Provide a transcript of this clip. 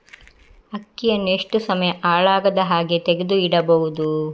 ಅಕ್ಕಿಯನ್ನು ಎಷ್ಟು ಸಮಯ ಹಾಳಾಗದಹಾಗೆ ತೆಗೆದು ಇಡಬಹುದು?